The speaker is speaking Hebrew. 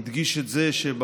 והדגיש את זה,